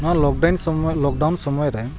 ᱱᱚᱣᱟ ᱞᱚᱠᱰᱟᱣᱩᱱ ᱥᱚᱢᱚᱭ ᱞᱳᱠᱰᱟᱣᱩᱱ ᱥᱚᱢᱚᱭ ᱨᱮ